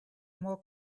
more